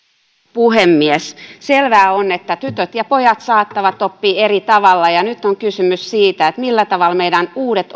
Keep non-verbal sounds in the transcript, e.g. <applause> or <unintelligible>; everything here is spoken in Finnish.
puhemies selvää on että tytöt ja pojat saattavat oppia eri tavalla nyt on kysymys siitä millä tavalla meidän uudet <unintelligible>